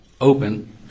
open